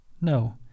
no